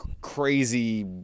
crazy